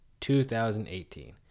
2018